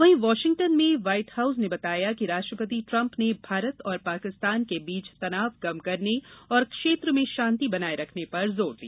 वहीं वाशिंगटन में White House ने बताया कि राष्ट्रपति ट्रम्प ने भारत और पाकिस्तान के बीच तनाव कम करने और क्षेत्र में शांति बनाए रखने पर जोर दिया